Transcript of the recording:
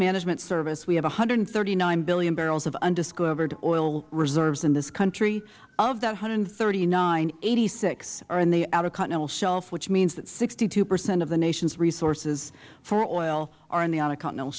management service we have one hundred and thirty nine billion barrels of undiscovered oil reserves in this country of that one hundred and thirty nine eighty six are in the outer continental shelf which means that sixty two percent of the nation's resources for oil are in the outer continental